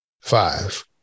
Five